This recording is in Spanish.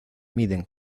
miden